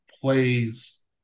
plays